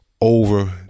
over